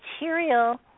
material